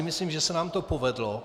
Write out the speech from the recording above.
Myslím, že se nám to povedlo.